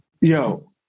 Yo